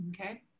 Okay